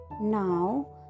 Now